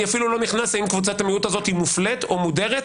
אני אפילו לא נכנס לשאלה האם קבוצת המיעוט הזאת היא מופלית או מודרת.